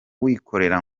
wikorera